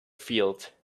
field